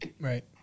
Right